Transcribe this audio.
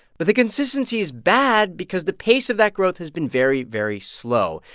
but the consistency is bad because the pace of that growth has been very, very slow.